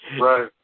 Right